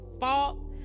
fault